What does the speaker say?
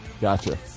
Gotcha